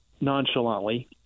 nonchalantly